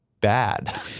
bad